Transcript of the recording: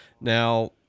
Now